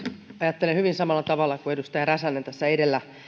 ajattelen hyvin samalla tavalla kuin edustaja räsänen tässä edellä